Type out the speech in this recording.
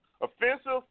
offensive